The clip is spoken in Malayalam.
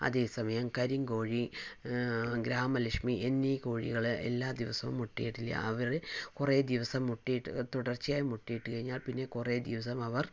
അതേ സമയം കരിംകോഴി ഗ്രാമലക്ഷ്മി എന്നീ കോഴികൾ എല്ലാ ദിവസവും മുട്ടയിടില്ല അവര് കുറെ ദിവസം മുട്ടയിട്ട് തുടർച്ചയായി മുട്ടയിട്ട് കഴിഞ്ഞാൽ പിന്നെ കുറെ ദിവസം അവർ